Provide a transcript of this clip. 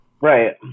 Right